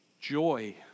joy